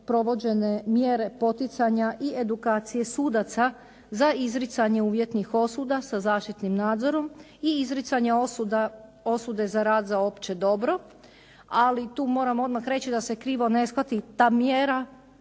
provođene mjere poticanja i edukacije sudaca za izricanje uvjetnih osuda sa zaštitnim nadzorom i izricanje osude za rad za opće dobro. Ali tu moram odmah reći da se krivo ne shvati, ta mjera